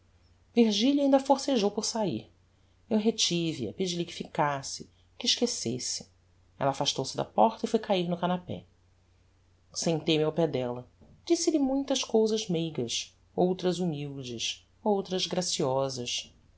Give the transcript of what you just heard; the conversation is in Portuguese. virgilia ainda forcejou por sair eu retive a pedi-lhe que ficasse que esquecesse ella afastou-se da porta e foi cair no canapé sentei-me ao pé della disse-lhe muitas cousas meigas outras humildes outras graciosas